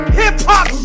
hip-hop